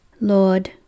Lord